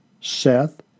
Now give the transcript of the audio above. Seth